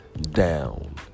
down